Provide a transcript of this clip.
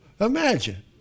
Imagine